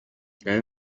ngayo